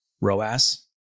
ROAS